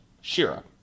Shira